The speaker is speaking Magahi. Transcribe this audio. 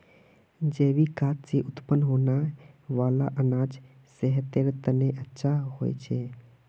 जैविक खाद से उत्पन्न होने वाला अनाज सेहतेर तने अच्छा होछे